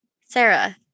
Sarah